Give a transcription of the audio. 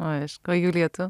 aišku o julija tu